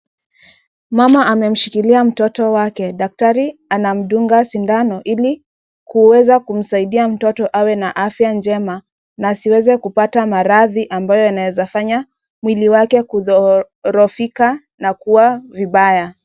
Mama amemshikilia mtoto wake. Daktari anamdunga sindano ili kuweza kumsaidia mtoto awe na afya njema na asiweze kupata maradhi ambayo yanaweza fanya mwili wake kudhoofika na kuwa vibaya.